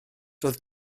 doedd